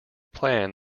plan